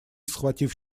схватив